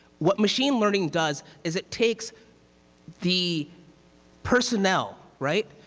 what machine learning does is it takes the personnel, right,